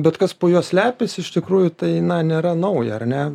bet kas po juo slepiasi iš tikrųjų tai nėra nauja ar ne